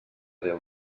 déu